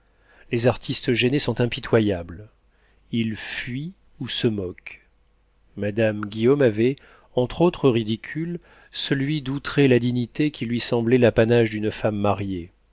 les artistes gênés sont impitoyables ils fuient ou se moquent madame guillaume avait entre autres ridicules celui d'outrer la dignité qui lui semblait l'apanage d'une femme mariée